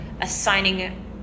assigning